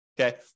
okay